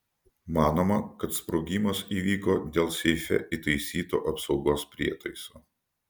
manoma kad sprogimas įvyko dėl seife įtaisyto apsaugos prietaiso